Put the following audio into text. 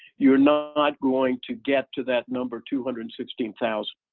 you're not going to get to that number two hundred and sixteen thousand.